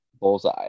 bullseye